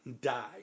die